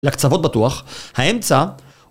לקצוות בטוח, האמצע